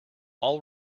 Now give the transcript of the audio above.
all